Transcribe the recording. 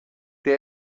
der